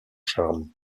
charme